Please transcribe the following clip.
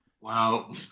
Wow